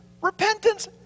Repentance